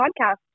podcast